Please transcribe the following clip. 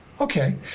Okay